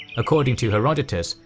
according to herodotus,